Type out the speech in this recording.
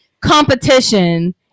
competition